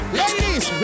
ladies